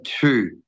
two